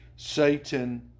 satan